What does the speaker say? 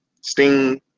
Sting